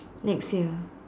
next year